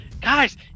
Guys